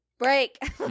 break